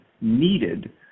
needed